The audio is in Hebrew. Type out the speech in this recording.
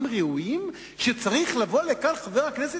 מצב חירום,